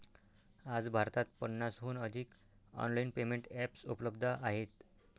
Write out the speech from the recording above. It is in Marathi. आज भारतात पन्नासहून अधिक ऑनलाइन पेमेंट एप्स उपलब्ध आहेत